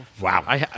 wow